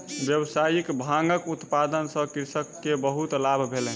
व्यावसायिक भांगक उत्पादन सॅ कृषक के बहुत लाभ भेलैन